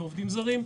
עובדים זרים.